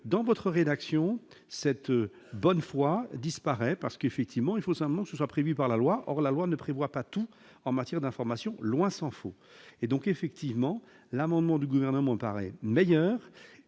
dans votre rédaction cette bonne foi disparaît parce qu'effectivement, il faut simplement soit prévue par la loi, or la loi ne prévoit pas tout en matière d'information, loin s'en faut, et donc effectivement l'amendement du gouvernement paraît meilleure